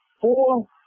four